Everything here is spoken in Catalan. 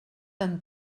amb